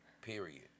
period